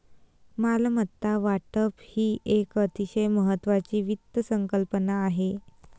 मालमत्ता वाटप ही एक अतिशय महत्वाची वित्त संकल्पना आहे